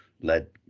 led